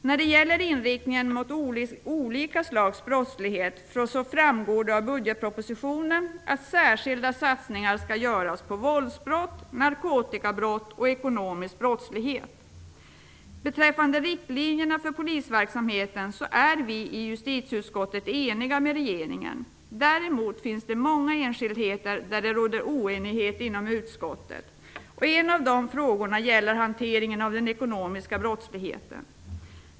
I fråga om inriktningen mot olika slags brottslighet framgår det av budgetpropositionen att särsrkilda satsningar skall göras på våldsbrott, narkotikabrott och ekonomisk brottslighet. Beträffande riktlinjerna för polisverksamheten är vi i justitieutskottet ense med regeringen. Däremot finns det många enskildheter där det råder oenighet inom utskottet. En av dessa frågor gäller hanteringen av den ekonomiska brottsligheten.